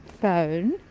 phone